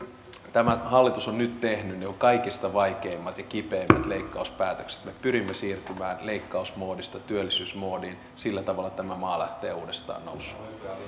tämä hallitus on nyt tehnyt ne kaikista vaikeimmat ja kipeimmät leikkauspäätökset me pyrimme siirtymään leikkausmoodista työllisyysmoodiin sillä tavalla tämä maa lähtee uudestaan nousuun